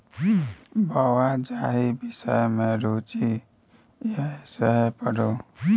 बौंआ जाहि विषम मे रुचि यै सैह पढ़ु